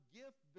gift